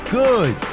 good